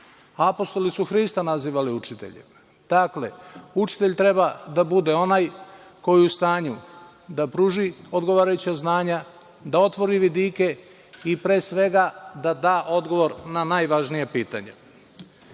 Apostoli su Hrista nazivali učiteljem. Dakle, učitelj treba da bude onaj koji je u stanju da pruži odgovarajuća znanja, da otvori vidike i, pre svega, da da odgovor na najvažnija